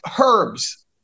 herbs